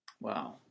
Wow